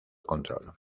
control